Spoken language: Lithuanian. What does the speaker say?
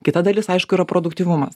kita dalis aišku yra produktyvumas